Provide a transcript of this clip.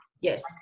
yes